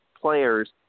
players